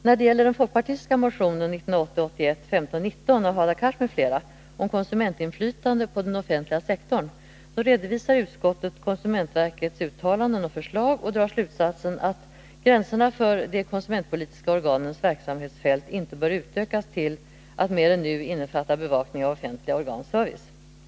När det gäller den folkpartistiska motionen 1980/81:1519 av Hadar Cars m.fl. om konsumentinflytande på den offentliga sektorn redovisar utskottet konsumentverkets uttalanden och förslag och drar slutsatsen att gränserna för de konsumentpolitiska organens verksamhetsfält inte bör utökas till att mer än nu innefatta bevakning av offentliga organs service.